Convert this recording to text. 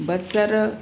बसर